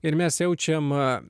ir mes jaučiam